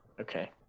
Okay